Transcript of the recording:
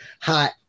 Hi